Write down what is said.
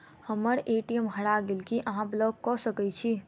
हम्मर ए.टी.एम हरा गेल की अहाँ ब्लॉक कऽ सकैत छी?